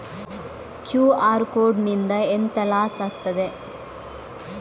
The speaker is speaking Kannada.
ಕ್ಯೂ.ಆರ್ ಕೋಡ್ ನಿಂದ ಎಂತ ಲಾಸ್ ಆಗ್ತದೆ?